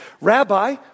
Rabbi